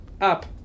Up